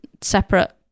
separate